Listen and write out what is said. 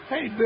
Hey